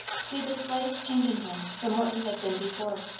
see the slightest change in him from what he had been before.